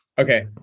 Okay